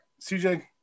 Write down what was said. CJ